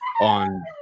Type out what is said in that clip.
on